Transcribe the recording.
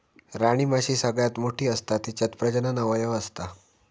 राणीमाशी सगळ्यात मोठी असता तिच्यात प्रजनन अवयव असता